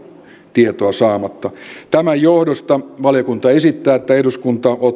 tietoa saamatta tämän johdosta valiokunta esittää että eduskunta